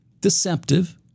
deceptive